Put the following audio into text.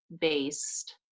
based